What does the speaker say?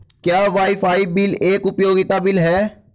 क्या wifi bill एक उपयोगिता बिल है?